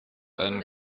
einen